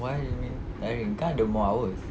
why you mean tiring kan ada more hours